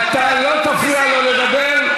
אתה לא תפריע לו לדבר.